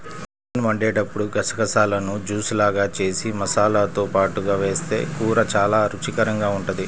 chicken వండేటప్పుడు గసగసాలను juice లాగా జేసి మసాలాతో పాటుగా వేస్తె కూర చానా రుచికరంగా ఉంటది